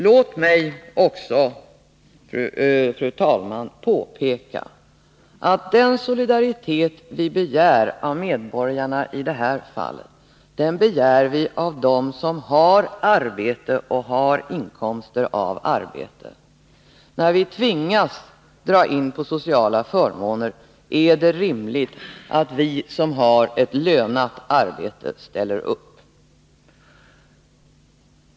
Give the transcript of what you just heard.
Låt mig också, fru talman, påpeka att den solidaritet vi begär av medborgarna i det här fallet, den begär vi av dem som har arbete och inkomster av arbete. När vi tvingas dra in på sociala förmåner, är det rimligt att vi som har ett lönat arbete ställer upp.